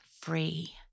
free